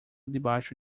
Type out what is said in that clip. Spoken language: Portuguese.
debaixo